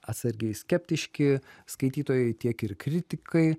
atsargiai skeptiški skaitytojai tiek ir kritikai